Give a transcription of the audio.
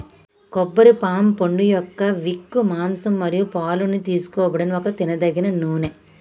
కొబ్బరి పామ్ పండుయొక్క విక్, మాంసం మరియు పాలు నుండి తీసుకోబడిన ఒక తినదగిన నూనె